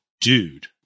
Dude